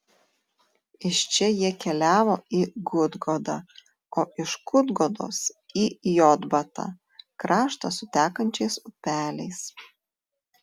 iš čia jie keliavo į gudgodą o iš gudgodos į jotbatą kraštą su tekančiais upeliais